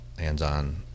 Hands-on